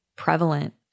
prevalent